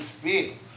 speak